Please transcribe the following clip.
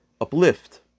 Uplift